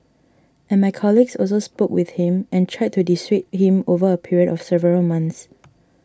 and my colleagues also spoke with him and tried to dissuade him over a period of several months